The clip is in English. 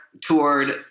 toured